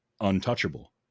untouchable